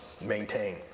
maintain